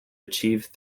achieve